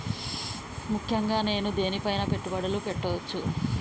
ముఖ్యంగా నేను దేని పైనా పెట్టుబడులు పెట్టవచ్చు?